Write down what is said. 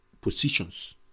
positions